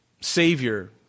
Savior